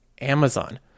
Amazon